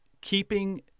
keeping